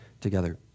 together